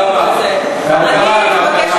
הרי ממילא זה יהיה בעוד כמה חודשים, תודה רבה.